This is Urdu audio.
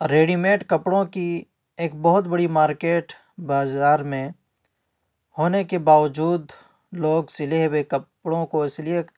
ریڈی میڈ کپڑوں کی ایک بہت بڑی مارکیٹ بازار میں ہونے کے باوجود لوگ سلے ہوئے کپڑوں کو اس لیے